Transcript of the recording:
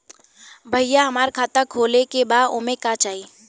भईया हमार खाता खोले के बा ओमे का चाही?